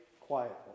quietly